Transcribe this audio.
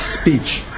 speech